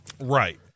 Right